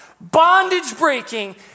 bondage-breaking